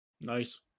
Nice